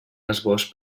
esbós